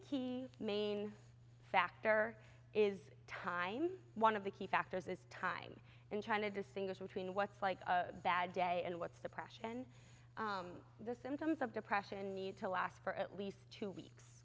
key main factor is time one of the key factors is time in trying to distinguish between what's like a bad day and what's the pressure and the symptoms of depression and need to last for at least two weeks